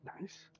nice